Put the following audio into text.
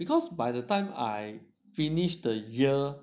because by the time I finish the year